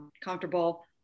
comfortable